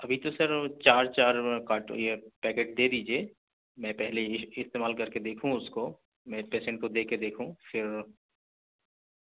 ابھی تو سر چار چار کٹ یہ پیکٹ دے دیجیے میں پہلے اس استعمال کر کے دیکھوں اس کو میں پیسینٹ کو دے کے دیکھوں پھر